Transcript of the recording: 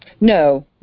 No